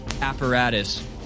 apparatus